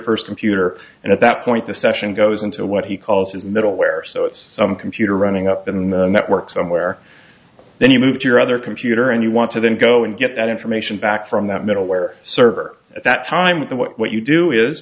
first computer and at that point the session goes into what he calls his middleware so it's some computer running up in the network somewhere then you move to your other computer and you want to then go and get that information back from that middleware server at that time with the what you do is